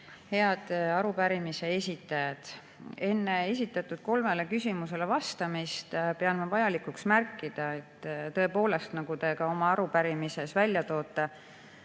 Head arupärimise esitajad! Enne esitatud kolmele küsimusele vastamist pean vajalikuks märkida, et tõepoolest, nagu te ka oma arupärimises välja toote,